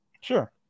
sure